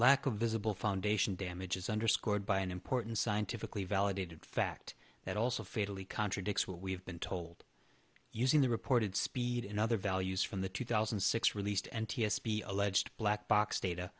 lack of visible foundation damage is underscored by an important scientifically validated fact that also fatally contradicts what we've been told using the reported speed and other values from the two thousand and six released n t s b alleged black box data